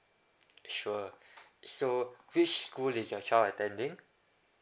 sure so which school is your child attending